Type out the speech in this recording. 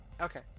Okay